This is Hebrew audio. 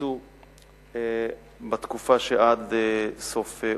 ישובצו בתקופה שעד סוף אוגוסט.